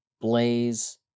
blaze